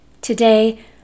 Today